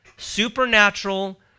supernatural